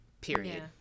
period